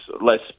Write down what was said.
less